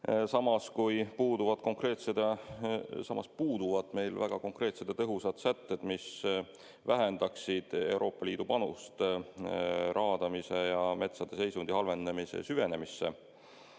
Samas puuduvad meil väga konkreetsed ja tõhusad sätted, mis vähendaksid Euroopa Liidu panust raadamise ja metsade seisundi halvendamise süvenemisse.